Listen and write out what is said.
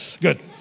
good